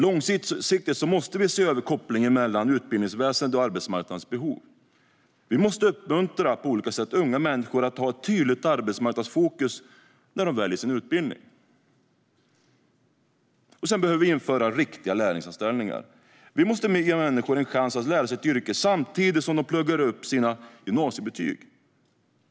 Långsiktigt måste vi se över kopplingen mellan utbildningsväsendet och arbetsmarknadens behov. Vi måste på olika sätt uppmuntra unga människor att ha ett tydligt arbetsmarknadsfokus när de väljer utbildning. Vi behöver införa riktiga lärlingsanställningar. Vi måste ge människor en chans att lära sig ett yrke samtidigt som de pluggar upp sina gymnasiebetyg.